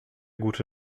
gute